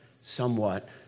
somewhat